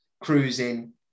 cruising